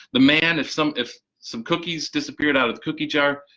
the man, if some if some cookies disappeared out of the cookie jar,